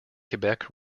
quebec